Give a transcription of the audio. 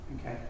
Okay